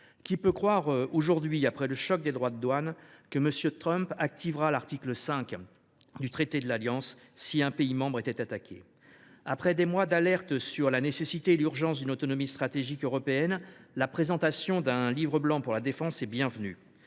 Qui peut croire aujourd’hui, après le choc des droits de douane, que M. Trump activera l’article 5 du traité de l’Atlantique Nord si un pays membre était attaqué ? Après des mois d’alerte sur la nécessité et l’urgence d’une autonomie stratégique européenne, la présentation d’un livre blanc pour la défense est bienvenue.